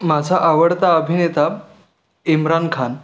माझा आवडता अभिनेता इमरान खान